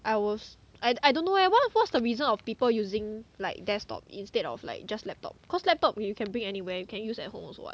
I was I I don't know eh what what's the result of people using like desktop instead of like just laptop cause laptop you can bring anywhere you can use at home also [what]